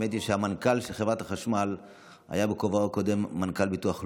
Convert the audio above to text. האמת היא שהמנכ"ל של חברת החשמל היה בכובעו הקודם מנכ"ל ביטוח לאומי,